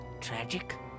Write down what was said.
Tragic